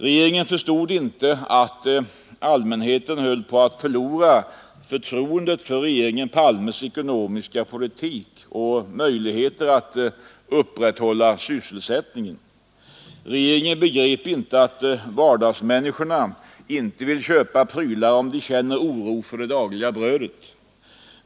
Regeringen förstod inte att allmänheten höll på att förlora förtroendet för regeringen Palmes ekonomiska politik och möjligheter att upprätthålla sysselsättningen. Regeringen begrep inte att vardagsmänniskorna inte vill köpa prylar om de känner oro för det dagliga brödet.